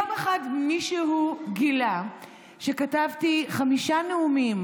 יום אחד מישהו גילה שכתבתי חמישה נאומים